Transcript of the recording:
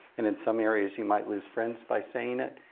and in some areas you might lose friends by saying it.